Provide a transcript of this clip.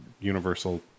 universal